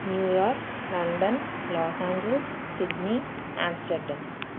New York London Los Angeles Sydney Amsterdam